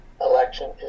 election